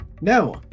No